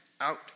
out